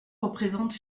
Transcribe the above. représente